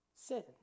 sin